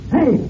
Hey